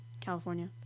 California